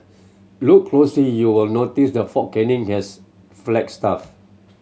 look closely you will notice the Fort Canning has flagstaff